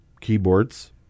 keyboards